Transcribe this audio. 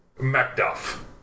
Macduff